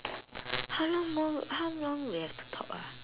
how long more how long we have to talk ah